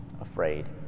afraid